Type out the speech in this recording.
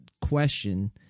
question